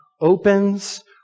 opens